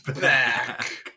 back